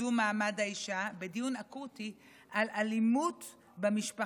לקידום מעמד האישה, דיון אקוטי על אלימות במשפחה.